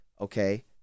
okay